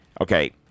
okay